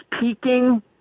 peaking